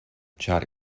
ĉar